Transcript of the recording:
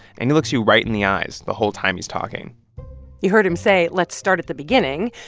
and he looks you right in the eyes the whole time he's talking you heard him say, let's start at the beginning.